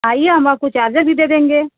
आइए हम आपको चार्जर भी दे देंगे